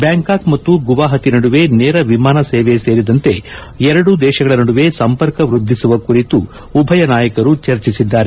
Bangkok ಮತ್ತು ಗುವಾಪತಿ ನಡುವೆ ನೇರ ವಿಮಾನ ಸೇವೆ ಸೇರಿದಂತೆ ಎರಡೂ ದೇಶಗಳ ನಡುವೆ ಸಂಪರ್ಕ ವೃದ್ಧಿಸುವ ಕುರಿತು ಉಭಯ ನಾಯಕರು ಚರ್ಚಿಸಿದ್ದಾರೆ